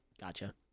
Gotcha